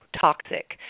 toxic